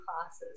classes